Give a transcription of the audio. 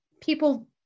people